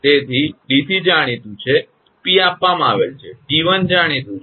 તેથી 𝑑𝑐 જાણીતુ છે 𝑝 આપવામાં આવેલ છે 𝑡1 જાણીતું છે